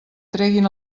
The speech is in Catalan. treguin